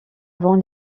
avant